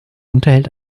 unterhält